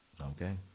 Okay